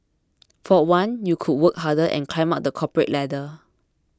for one you could work harder and climb up the corporate ladder